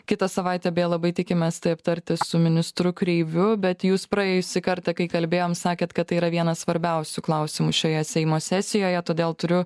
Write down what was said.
kitą savaitę beje labai tikimės tai aptarti su ministru kreiviu bet jūs praėjusį kartą kai kalbėjom sakėt kad tai yra vienas svarbiausių klausimų šioje seimo sesijoje todėl turiu